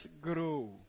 grow